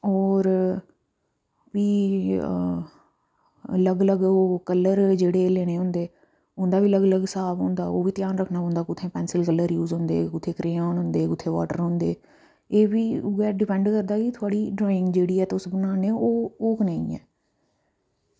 और फ्ही अलग अलग ओह् कलर जेह्ड़े लैने होंदे उंदा बी अलग अलग स्हाब होंदा ओह्बी रक्खना पौंदा कुत्थें पैंसिल कलर यूज होंदे कुत्थें क्रेयान होंदे कुत्थे वाटर होंदे एह् वी उयै डिपैंड करदा कि थोआड़ी ड्राइंग जेह्ड़ी ऐ तुस बनाने ओह् ओह् कनेही ऐ